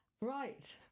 Right